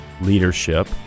leadership